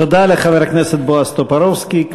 תודה לחבר הכנסת בועז טופורובסקי.